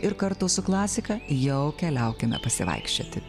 ir kartu su klasika jau keliaukime pasivaikščioti